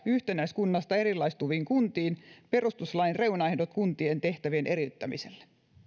yhtenäiskunnasta erilaistuviin kuntiin perustuslain reunaehdot kuntien tehtävien eriyttämiselle